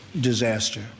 disaster